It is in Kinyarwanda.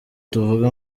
tuvuga